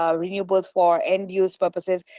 um renewables for end use purposes,